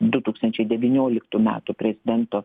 du tūkstančiai devynioliktų metų prezidento